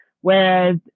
whereas